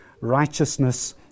righteousness